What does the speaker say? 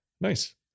Nice